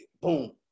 boom